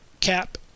cap